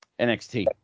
NXT